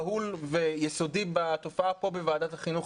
בהול ויסודי בתופעה פה בוועדת החינוך,